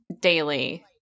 daily